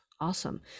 awesome